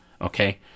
okay